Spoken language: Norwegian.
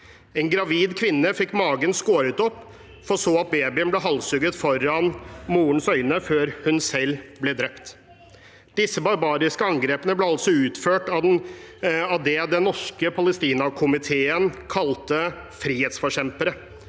En gravid kvinne fikk magen skåret opp, for så at babyen ble halshugget foran morens øyne, før moren selv ble drept. Disse barbariske angrepene ble altså utført av det den norske Palestinakomiteen kalte frihetsforkjempere.